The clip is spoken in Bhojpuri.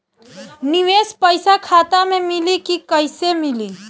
निवेश पइसा खाता में मिली कि कैश मिली?